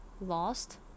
lost